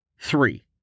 Three